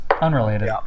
Unrelated